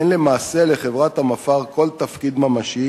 אין למעשה לחברת המפא"ר כל תפקיד ממשי